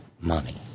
money